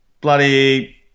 bloody